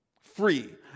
free